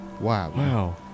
wow